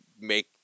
make